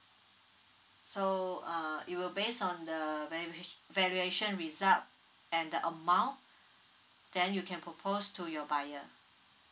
so uh it will based on the valua~ valuation result and the amount then you can propose to your buyer